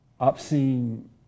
obscene